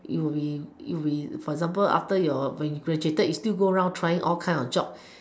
you'll be you'll be for example after you graduated you'll stop go round to find all kinds of jobs